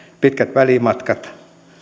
pitkät välimatkat